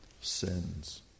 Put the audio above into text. sins